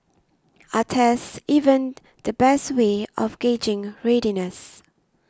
are tests even the best way of gauging readiness